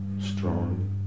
Strong